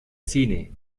cine